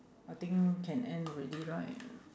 I think can end already right